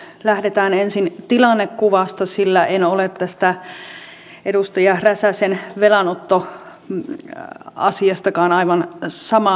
lähdetään ensin tilannekuvasta sillä en ole tästä edustaja räsäsen velanottoasiastakaan aivan samaa mieltä